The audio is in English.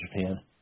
Japan